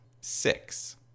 six